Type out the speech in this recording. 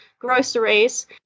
groceries